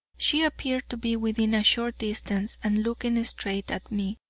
she appeared to be within a short distance and looking straight at me,